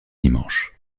dimanche